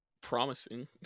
promising